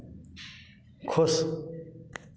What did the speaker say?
खुश